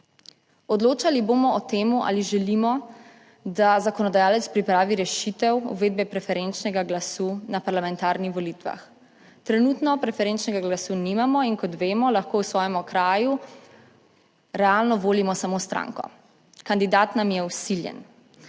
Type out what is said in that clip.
odločali bomo o tem ali želimo, da zakonodajalec pripravi rešitev uvedbe preferenčnega glasu na parlamentarnih volitvah. Trenutno preferenčnega glasu nimamo in, kot vemo, lahko v svojem okraju realno volimo samo stranko - kandidat nam je vsiljen